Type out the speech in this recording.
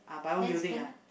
then spend ah